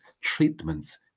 treatments